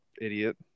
idiot